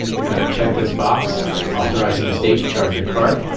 you're going to check this box authorizing the state to charge your card.